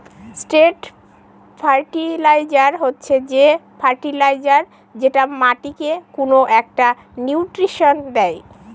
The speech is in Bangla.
স্ট্রেট ফার্টিলাইজার হচ্ছে যে ফার্টিলাইজার যেটা মাটিকে কোনো একটা নিউট্রিশন দেয়